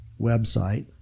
website